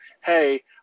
Hey